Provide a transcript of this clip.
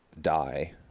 die